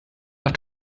noch